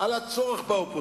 על הצורך באופוזיציה,